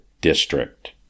district